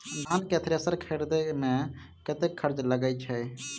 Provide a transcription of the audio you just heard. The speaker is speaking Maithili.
धान केँ थ्रेसर खरीदे मे कतेक खर्च लगय छैय?